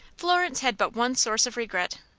florence had but one source of regret.